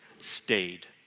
stayed